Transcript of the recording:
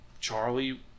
Charlie